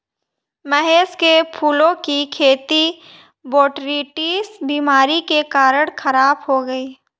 महेश के फूलों की खेती बोटरीटिस बीमारी के कारण खराब हो गई